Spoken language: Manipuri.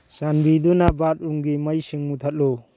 ꯆꯥꯟꯕꯤꯗꯨꯅ ꯕꯥꯠꯔꯨꯝꯒꯤ ꯃꯩꯁꯤꯡ ꯃꯨꯠꯊꯠꯂꯨ